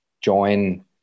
join